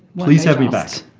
please have me back.